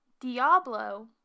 Diablo